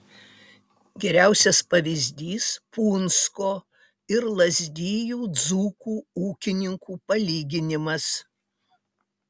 geriausias pavyzdys punsko ir lazdijų dzūkų ūkininkų palyginimas